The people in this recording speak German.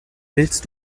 willst